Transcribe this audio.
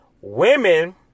Women